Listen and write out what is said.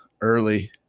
early